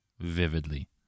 vividly